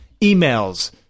emails